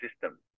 system